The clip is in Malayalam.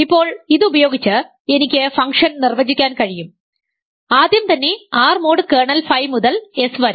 ഇപ്പോൾ ഇതുപയോഗിച്ച് എനിക്ക് ഫംഗ്ഷൻ നിർവചിക്കാൻ കഴിയും ആദ്യം തന്നെ R മോഡ് കേർണൽ ഫൈ മുതൽ എസ് വരെ